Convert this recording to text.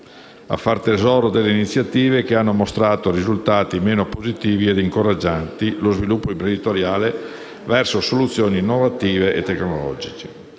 a fare tesoro delle iniziative che hanno mostrato risultati meno positivi e a incoraggiare lo sviluppo imprenditoriale verso soluzioni innovative e tecnologiche.